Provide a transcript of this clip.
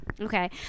okay